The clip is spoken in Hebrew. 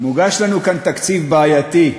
מוגש לנו כאן תקציב בעייתי,